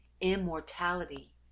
immortality